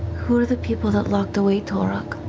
who are the people that locked away torog?